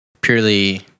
purely